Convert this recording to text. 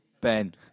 Ben